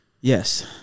Yes